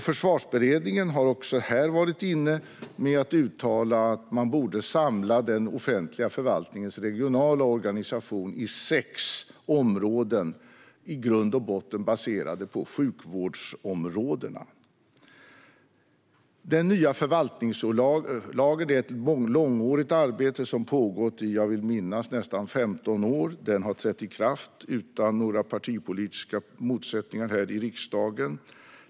Försvarsberedningen har också här gjort ett uttalande, nämligen att man borde samla den offentliga förvaltningens regionala organisation i sex områden, i grund och botten baserade på sjukvårdsområdena. Den nya förvaltningslagen är ett mångårigt arbete som pågått i nästan 15 år, vill jag minnas. Den har trätt i kraft utan några partipolitiska motsättningar här i riksdagen.